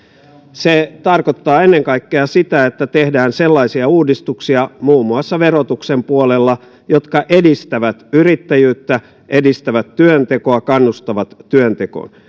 se tarkoittaa ennen kaikkea sitä että tehdään sellaisia uudistuksia muun muassa verotuksen puolella jotka edistävät yrittäjyyttä edistävät työntekoa kannustavat työntekoon